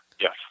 Yes